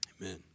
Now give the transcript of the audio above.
Amen